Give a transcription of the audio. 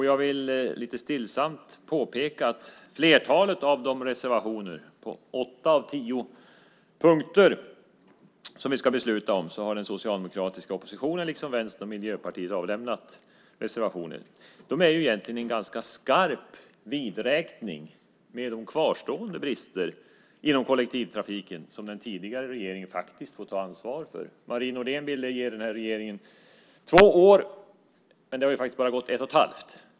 Jag vill lite stillsamt påpeka att på åtta av de tio punkter som vi ska besluta om har den socialdemokratiska oppositionen liksom Vänstern och Miljöpartiet avlämnat reservationer. De är egentligen en ganska skarp vidräkning med de kvarstående brister inom kollektivtrafiken som den tidigare regeringen faktiskt får ta ansvar för. Marie Nordén ville ge den här regeringen två år, men det har faktiskt bara gått ett och ett halvt.